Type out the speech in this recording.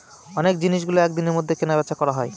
অনেক জিনিসগুলো এক দিনের মধ্যে কেনা বেচা করা হয়